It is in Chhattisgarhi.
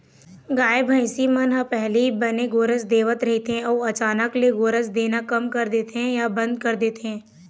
गाय, भइसी मन ह पहिली बने गोरस देवत रहिथे अउ अचानक ले गोरस देना कम कर देथे या बंद कर देथे